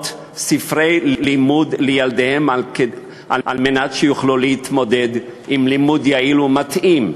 ספרי לימוד לילדיהם על מנת שיוכלו להתמודד עם לימוד יעיל ומתאים.